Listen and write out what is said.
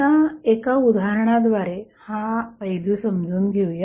आता एका उदाहरणाद्वारे हा पैलू समजून घेऊया